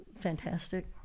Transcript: fantastic